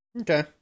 Okay